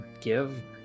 Give